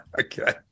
okay